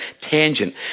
tangent